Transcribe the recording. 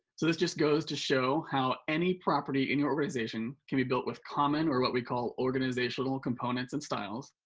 so this just goes to show how any property in your organization can be built with common or what we call organizational components and styles,